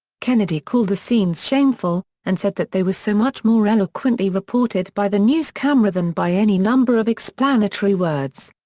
kennedy called the scenes shameful and said that they were so much more eloquently reported by the news camera than by any number of explanatory words.